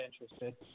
interested